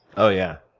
oh, yeah.